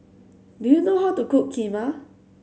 do you know how to cook Kheema